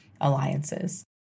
alliances